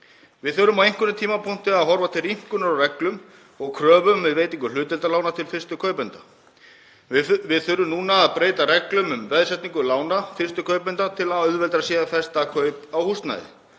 Við þurfum á einhverjum tímapunkti að horfa til rýmkunar á reglum og kröfum um veitingu hlutdeildarlána til fyrstu kaupenda. Við þurfum núna að breyta reglum um veðsetningu lána fyrstu kaupenda til að auðveldara sé að festa kaup á húsnæði.